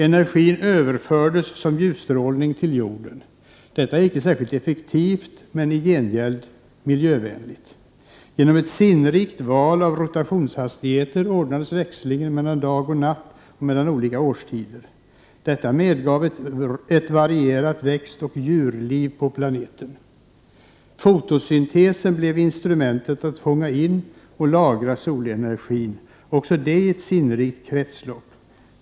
Energin överfördes som ljusstrålning till Jorden. Detta är inte särskilt effektivt men i gengäld miljövänligt. Genom ett sinnrikt val av rotationshastigheter ordnades en växling mellan dag och natt och mellan olika årstider. Detta medgav ett varierat växtoch djurliv på planeten. Fotosyntesen blev instrumentet att fånga in och lagra solenergin, också det i ett sinnrikt kretslopp.